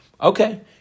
Okay